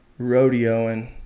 rodeoing